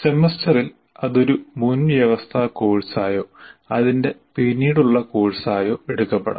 സെമസ്റ്ററിൽ അത് ഒരു മുൻവ്യവസ്ഥ കോഴ്സായോ അതിന്റെ പിന്നീടുള്ള കോഴ്സായോ എടുക്കപെടാം